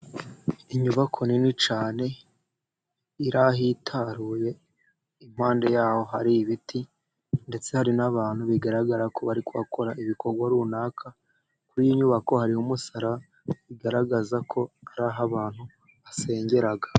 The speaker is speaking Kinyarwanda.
Inyubako nini cyane iri ahitaruye. Impande yaho hari ibiti ndetse hari n'abantu bigaragara ko bari gukora ibikorwa runaka kuri iyi nyubako. Hariho umusaraba bigaragara ko ari aho abantu basengera.